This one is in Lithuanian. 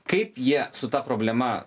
kaip jie su ta problema